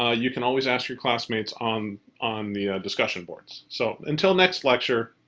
ah you can always ask your classmates on on the discussion boards. so until next lecture,